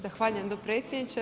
Zahvaljujem dopredsjedniče.